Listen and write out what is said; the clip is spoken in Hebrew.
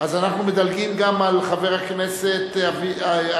אז אנחנו מדלגים גם על חבר הכנסת אגבאריה.